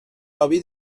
آبی